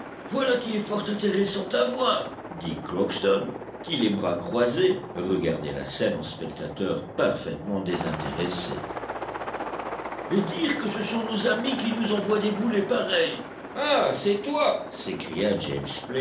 voilà qui est fort intéressant à voir dit crockston qui les bras croisés regardait la scène en spectateur parfaitement désintéressé et dire que ce sont nos amis qui nous envoient des boulets pareils ah c'est toi s'écria james